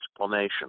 explanation